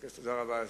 תודה רבה.